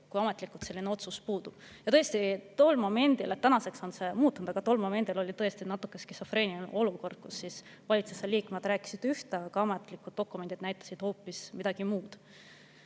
kuigi ametlikult selline otsus puudub? Tänaseks on see muutunud, aga tol momendil oli tõesti natuke skisofreeniline olukord, kus valitsuse liikmed rääkisid üht, aga ametlikud dokumendid näitasid hoopis midagi muud.